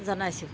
জনাইছোঁ